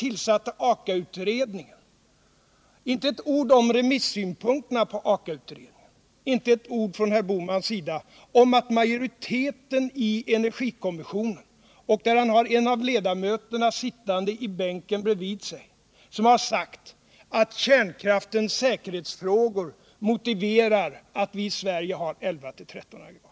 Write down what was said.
Inte ett ord från herr Bohmans sida om att majoriteten i energikommissionen, av vilken han har en av ledamöterna sittande i bänken bredvid sig, har sagt att kärnkraftens säkerhetsfrågor motiverar att vi har 11-13 aggregat.